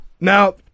Now